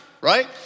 right